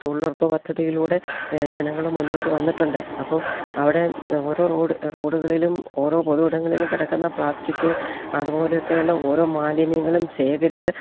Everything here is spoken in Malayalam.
തൊഴിലുറപ്പ് പദ്ധതിയിലൂടെ ജനങ്ങൾ മുന്നോട്ട് വന്നിട്ടുണ്ട് അപ്പം അവിടെ ഓരോ റോഡ് റോഡുകളിലും ഓരോ പൊതു ഇടങ്ങളിലും കിടക്കുന്ന പ്ലാസ്റ്റിക് അതുപോലെയൊക്കെയുള്ള ഓരോ മാലിന്യങ്ങളും ശേഖരിച്ച്